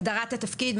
הגדרת התפקיד,